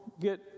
get